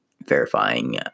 verifying